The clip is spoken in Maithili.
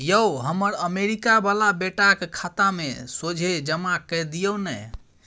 यौ हमर अमरीका बला बेटाक खाता मे सोझे जमा कए दियौ न